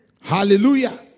Hallelujah